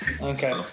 Okay